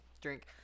Drink